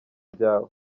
byawe